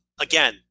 again